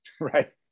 Right